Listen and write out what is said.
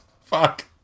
fuck